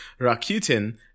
Rakuten